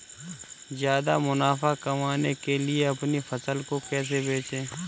ज्यादा मुनाफा कमाने के लिए अपनी फसल को कैसे बेचें?